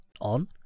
on